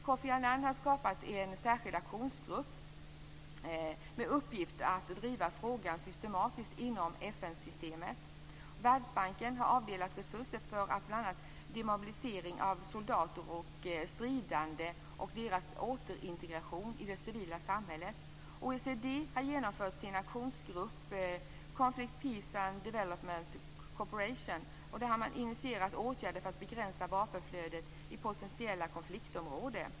Kofi Annan har skapat en särskild aktionsgrupp med uppgift att driva frågan systematiskt inom FN Världsbanken har avdelat resurser för bl.a. demobilisering av soldater och stridande och deras återintegration i det civila samhället. OECD har genom sin aktionsgrupp Conflict, Peace and Development Cooperation initierat åtgärder för att begränsa vapenflödet i potentiella konfliktområden.